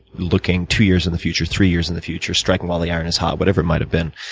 looking two years in the future, three years in the future, striking while the iron is hot, whatever it might have been.